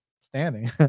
standing